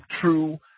true